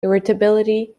irritability